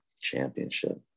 championship